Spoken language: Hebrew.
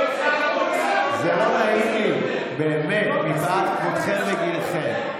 זה לא נעים לי, באמת, מפאת כבודכם וגילכם.